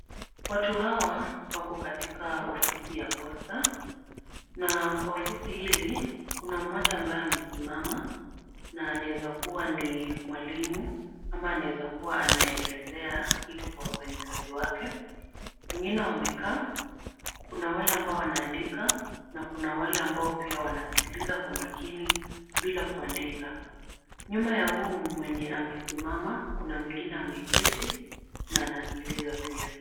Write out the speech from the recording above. Watu hawa wako katika ofisi ya posta, na kwa ofisi hii kuna mmoja ambaye amesimama na anaezakua ni mwalimu ama anaezakua anaelezea kitu kwa wafanyikazi wake, wengine wamekaa, kuna wale ambao wanaandika na kuna wale ambao pia wanasikiliza kwa makini bila kuandika, nyuma ya huyu mwenye amesimama kuna mwingine ameketi na anasikiliza pia.